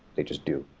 they just do.